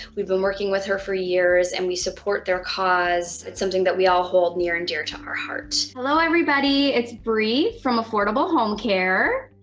we've been working with her for years, and we support their cause. it's something that we all hold near and dear to our heart. hello everybody, it's bree from affordable homecare.